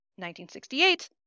1968